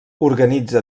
organitza